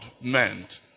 meant